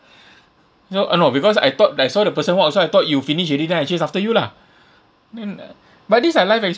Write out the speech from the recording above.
uh no because I thought I saw the person walk orh so I thought you finish already then I chase after you lah then uh but these are life experience